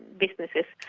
businesses.